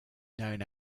known